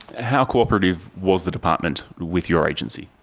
how cooperative was the department with your agency?